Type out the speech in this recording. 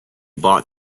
bought